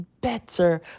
better